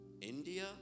India